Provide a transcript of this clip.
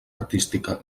artística